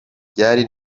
ryari